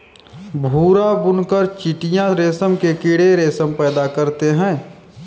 भूरा बुनकर चीटियां रेशम के कीड़े रेशम पैदा करते हैं